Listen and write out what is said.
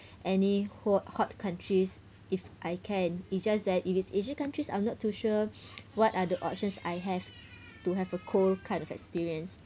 any cold hot countries if I can it's just that if it's asian countries I'm not too sure what other options I have to have a cold kind of experience